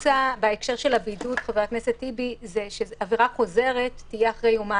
בהקשר של הבידוד מוצע שעבירה חוזרת תהיה אחרי יומיים,